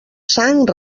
sang